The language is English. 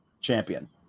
champion